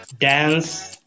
dance